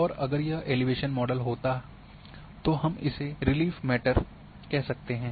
और अगर यह एलिवेशन मॉडल होता तो हम इसे रिलीफ मैटर कह सकते हैं